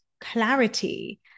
clarity